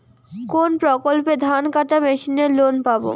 কোন প্রকল্পে ধানকাটা মেশিনের লোন পাব?